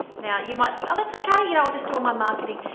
yeah you might say oh that's okay you know i'll just do all my marketing.